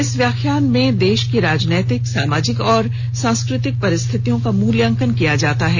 इस व्याख्यान में देश की राजनीतिक सामाजिक और सांस्कृतिक परिस्थितियों का मूल्यांकन किया जाता है